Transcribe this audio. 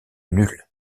nulle